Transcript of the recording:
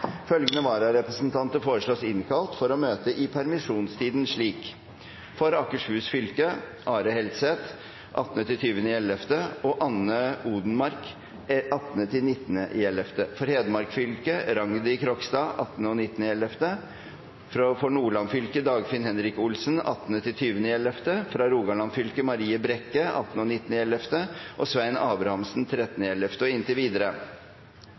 Følgende vararepresentanter innkalles for å møte i permisjonstiden: For Akershus fylke: Are Helseth 18.–20. november og Anne Odenmarck 18.–19. november For Hedmark fylke: Rangdi Krogstad 18.–19. november For Nordland fylke: Dagfinn Henrik Olsen 18.–20. november For Rogaland fylke: Marie Brekke 18.–19.november og Svein Abrahamsen 13. november og inntil videre For Sogn og